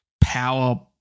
power